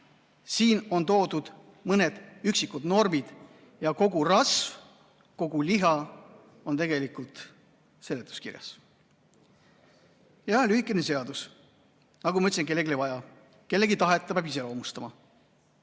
siin on toodud mõned üksikud normid, aga kogu rasv, kogu liha on tegelikult seletuskirjas. Jaa, lühike seadus, nagu ma ütlesin, kellelegi on seda vaja, kellegi tahet ta peab iseloomustama.